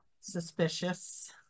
suspicious